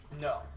No